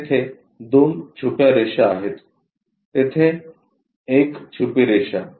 येथे दोन छुप्या रेषा आहेत तेथे एक छुपी रेषा